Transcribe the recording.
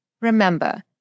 Remember